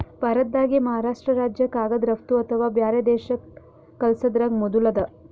ಭಾರತ್ದಾಗೆ ಮಹಾರಾಷ್ರ್ಟ ರಾಜ್ಯ ಕಾಗದ್ ರಫ್ತು ಅಥವಾ ಬ್ಯಾರೆ ದೇಶಕ್ಕ್ ಕಲ್ಸದ್ರಾಗ್ ಮೊದುಲ್ ಅದ